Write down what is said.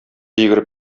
йөгереп